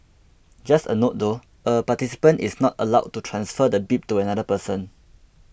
just a note though a participant is not allowed to transfer the bib to another person